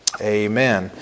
amen